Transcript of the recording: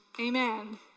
Amen